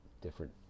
different